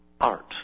art